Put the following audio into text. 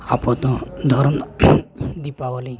ᱟᱵᱚᱫᱚ ᱫᱷᱚᱨᱚᱢ ᱫᱤᱯᱟᱵᱚᱞᱤ